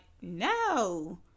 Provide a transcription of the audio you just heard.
no